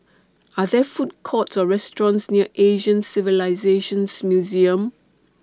Are There Food Courts Or restaurants near Asian Civilisations Museum